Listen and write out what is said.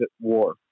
war